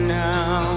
now